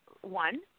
one